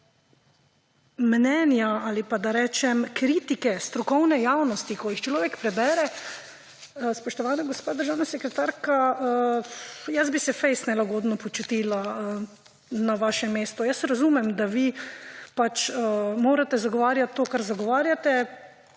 mnenja ali pa, da rečem kritike strokovne javnosti, ko jih človek prebere, spoštovana državna sekretarja, jaz bi se fejst nelagodno počutila na vašem mestu. Jaz razumem, da vi morate zagovarjati to, kar zagovarjate